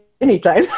Anytime